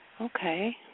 Okay